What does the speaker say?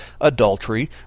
adultery